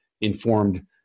informed